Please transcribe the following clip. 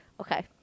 okay